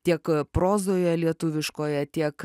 tiek prozoje lietuviškoje tiek